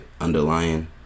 underlying